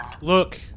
Look